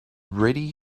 ready